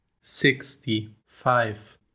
sixty-five